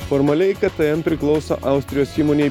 formaliai ktm priklauso austrijos įmonei